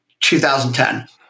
2010